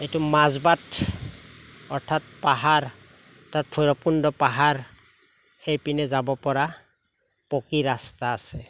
এইটো মাজবাট অৰ্থাৎ পাহাৰ তাত ভৈৰৱকুণ্ড পাহাৰ সেইপিনে যাব পৰা পকী ৰাস্তা আছে